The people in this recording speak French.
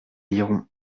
liront